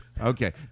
Okay